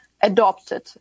adopted